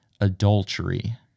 adultery